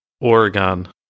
Oregon